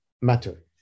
matter